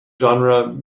genre